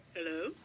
Hello